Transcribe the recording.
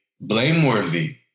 blameworthy